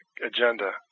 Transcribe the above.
agenda